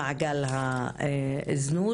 ממעגל הזנות.